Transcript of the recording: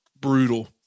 brutal